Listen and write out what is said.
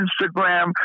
Instagram